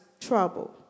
trouble